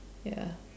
ya